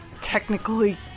technically